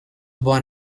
born